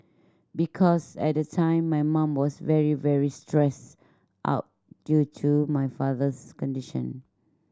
because at the time my mum was very very stress out due to my father's condition